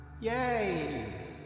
Yay